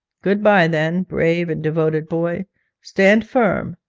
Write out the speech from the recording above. good-bye, then, brave and devoted boy stand firm,